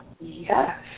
yes